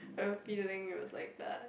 a feeling it was like that